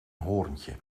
hoorntje